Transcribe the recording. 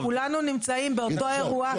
כי פה אתם עושים שני דברים טובים,